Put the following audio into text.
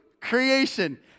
creation